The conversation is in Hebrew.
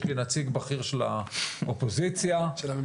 יש לי פה נציג בכיר של האופוזיציה שיהיה